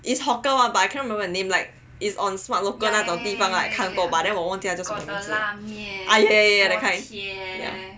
is hawker [one] but I cannot remember the name like is on smart local 那种地方看过 but then 我忘记它叫什么 ya ya ya